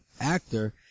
actor